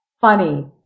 funny